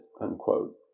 unquote